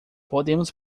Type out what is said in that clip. podemos